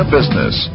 Business